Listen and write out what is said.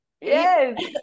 yes